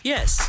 Yes